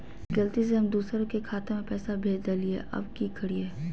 गलती से हम दुसर के खाता में पैसा भेज देलियेई, अब की करियई?